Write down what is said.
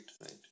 right